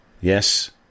Yes